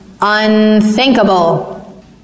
unthinkable